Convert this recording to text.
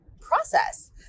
process